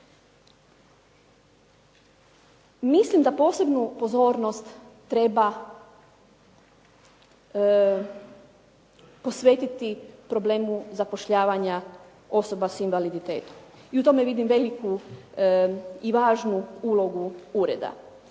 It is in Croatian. Mislim da posebnu pozornost treba posvetiti problemu zapošljavanja osoba sa invaliditetom i u tome vidim veliku i važnu ulogu ureda.